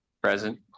Present